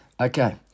Okay